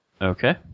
Okay